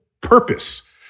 purpose